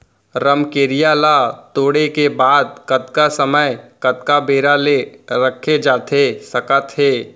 रमकेरिया ला तोड़े के बाद कतका समय कतका बेरा ले रखे जाथे सकत हे?